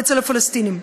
אצל הפלסטינים.